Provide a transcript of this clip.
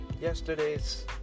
yesterday's